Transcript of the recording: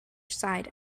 side